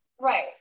right